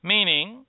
Meaning